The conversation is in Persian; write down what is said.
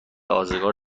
ازگار